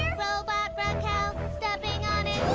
robot raquel stepping on it.